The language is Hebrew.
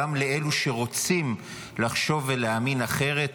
גם לאלה שרוצים לחשוב ולהאמין אחרת,